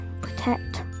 protect